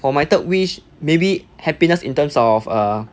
for my third wish maybe happiness in terms of err